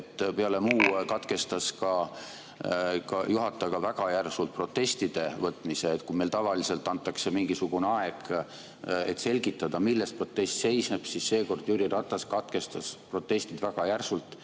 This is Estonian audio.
Peale muu katkestas juhataja väga järsult ka protestide võtmise. Kui meil tavaliselt antakse mingisugune aeg, et selgitada, milles protest seisneb, siis seekord Jüri Ratas katkestas protestid väga järsult,